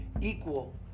equal